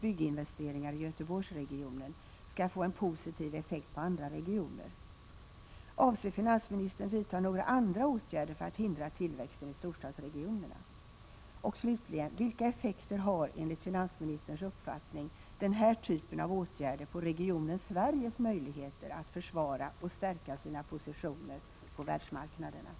Avser finansministern att vidta några andra åtgärder för att hindra tillväxten av storstadsregionerna? Vilka effekter har, enligt finansministerns uppfattning, den här typen av åtgärder på regionen Sveriges möjligheter att försvara och stärka sina positioner på världsmarknaderna?